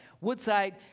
Woodside